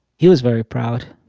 he was very proud.